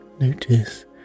Notice